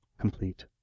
complete